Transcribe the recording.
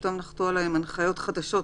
ופתאום נוחתות עליהם הנחיות חדשות.